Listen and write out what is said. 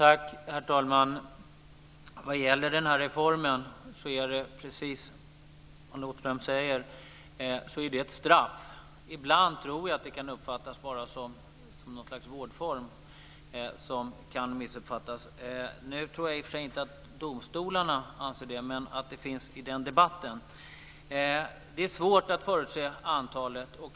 Herr talman! Vad gäller reformen är det precis som Alice Åström säger att det är ett straff. Ibland tror jag att det bara kan uppfattas som någon sorts vårdform som kan missuppfattas. Jag tror inte att domstolarna anser det, men det finns med i debatten. Det är svårt att förutse antalet.